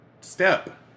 step